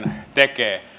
tekee